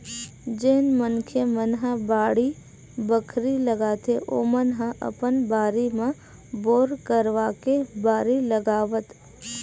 जेन मनखे मन ह बाड़ी बखरी लगाथे ओमन ह अपन बारी म बोर करवाके बारी लगावत